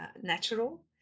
natural